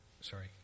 sorry